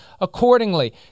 accordingly